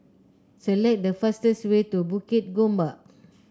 select the fastest way to Bukit Gombak